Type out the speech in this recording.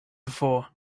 before